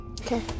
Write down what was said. Okay